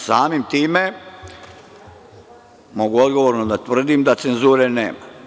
Samim tim, mogu odgovorno da tvrdim da cenzure nema.